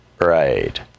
Right